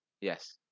Yes